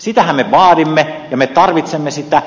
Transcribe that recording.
sitähän me vaadimme ja me tarvitsemme sitä